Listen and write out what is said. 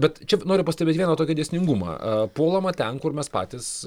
bet čia noriu pastebėti vieną tokį dėsningumą puolama ten kur mes patys